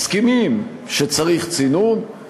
מסכימים שצריך צינון,